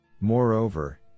Moreover